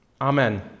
Amen